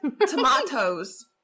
Tomatoes